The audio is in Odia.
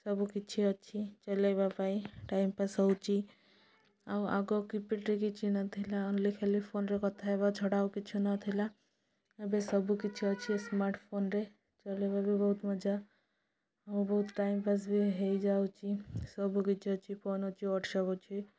ସବୁ କିଛି ଅଛି ଚଲାଇବା ପାଇଁ ଟାଇମପାସ୍ ହେଉଛି ଆଉ ଆଗ କିପେଡ଼୍ରେ କିଛି ନଥିଲା ଓନ୍ଲ୍ଲି ଖାଲି ଫୋନ୍ରେ କଥା ହେବା ଛଡ଼ା ଆଉ କିଛି ନଥିଲା ଏବେ ସବୁ କିଛି ଅଛି ସ୍ମାର୍ଟଫୋନ୍ରେ ଚଲାଇବା ବି ବହୁତ ମଜା ଆଉ ବହୁତ ଟାଇମପାସ୍ବି ହେଇଯାଉଛି ସବୁ କିଛି ଅଛି ଫୋନ୍ ଅଛି ୱାଟସ୍ଆପ୍ ଅଛି